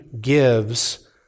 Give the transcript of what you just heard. gives